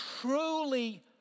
truly